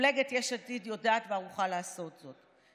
מפלגת יש עתיד יודעת וערוכה לעשות זאת,